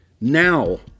now